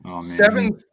seven